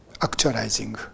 actualizing